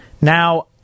Now